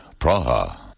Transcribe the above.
Praha